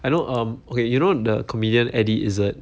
I know okay you know the comedian eddie izzard